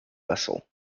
vessel